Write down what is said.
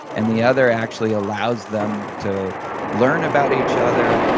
and the other actually allows them to learn about each other,